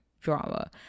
drama